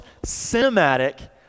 cinematic